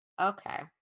Okay